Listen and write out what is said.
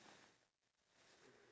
a fridge